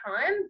time